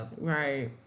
right